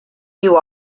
you